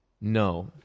No